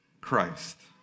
Christ